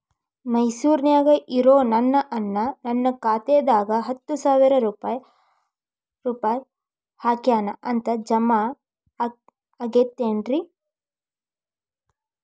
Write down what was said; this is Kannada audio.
ಮೈಸೂರ್ ನ್ಯಾಗ್ ಇರೋ ನನ್ನ ಅಣ್ಣ ನನ್ನ ಖಾತೆದಾಗ್ ಹತ್ತು ಸಾವಿರ ರೂಪಾಯಿ ಹಾಕ್ಯಾನ್ ಅಂತ, ಜಮಾ ಆಗೈತೇನ್ರೇ?